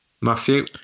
Matthew